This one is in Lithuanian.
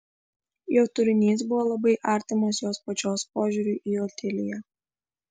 jo turinys buvo labai artimas jos pačios požiūriui į otiliją